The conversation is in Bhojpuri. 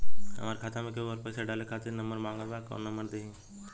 हमार खाता मे केहु आउर पैसा डाले खातिर नंबर मांगत् बा कौन नंबर दे दिही?